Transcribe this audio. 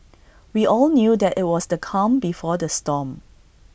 we all knew that IT was the calm before the storm